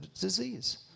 disease